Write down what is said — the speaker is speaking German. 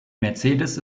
mercedes